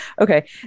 okay